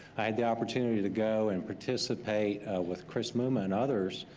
i had the opportunity to go and participate with chris luma and others